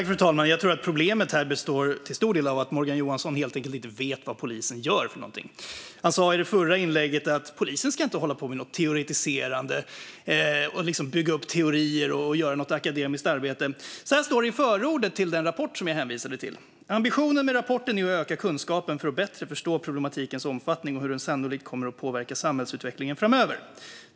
Fru talman! Jag tror att problemet till stor del består i att Morgan Johansson helt enkelt inte vet vad polisen gör. Han sa i förra inlägget att polisen inte ska hålla på med något teoretiserande, bygga upp teorier och göra något akademiskt arbete. Så här står det i förordet till den rapport som jag hänvisade till: "Ambitionen med rapporten är att öka kunskapen för att bättre förstå problematikens omfattning och hur den sannolikt kommer att påverka samhällsutvecklingen framöver.